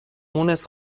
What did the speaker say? مونس